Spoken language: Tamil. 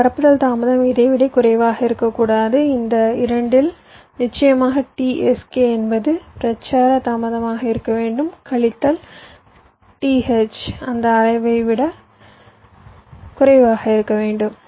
உங்கள் பரப்புதல் தாமதம் இதை விட குறைவாக இருக்கக்கூடாது இந்த 2 இல் நிச்சயமாக t sk என்பது பிரச்சார தாமதமாக இருக்க வேண்டும் கழித்தல் t h அந்த வளைவை விட குறைவாக இருக்க வேண்டும்